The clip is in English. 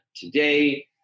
today